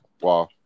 Wow